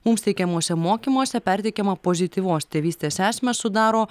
mums teikiamuose mokymuose perteikiamą pozityvios tėvystės esmę sudaro